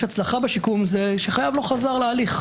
הצלחה בשיקום זה שחייב לא חוזר להליך.